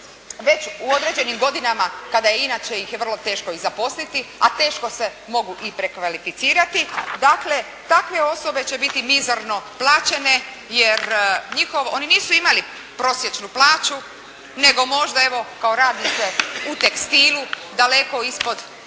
već u određenim godinama kada i inače ih je vrlo teško i zaposliti, a teško se mogu i prekvalificirati, dakle takve osobe će biti mizarno plaćene jer oni nisu imali prosječnu plaću nego možda, evo kao radnike u tekstilu daleko ispod